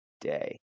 day